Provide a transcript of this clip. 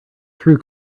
through